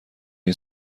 این